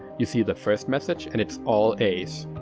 you see the first message, and it's all a's.